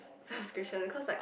subscription cause like